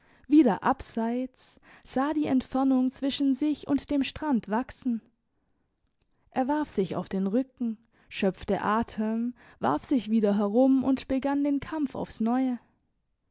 wieder abseits sah die entfernung zwischen sich und dem strand wachsen er warf sich auf den rücken schöpfte atem warf sich wieder herum und begann den kampf aufs neue